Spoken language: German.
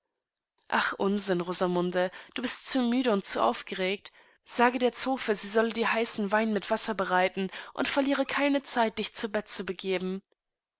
ach unsinn rosamunde du bist zu müde und zu aufgeregt sage der zofe sie solle dir heißen wein mit wasser bereiten und verliere keine zeit dich zu bett zu begeben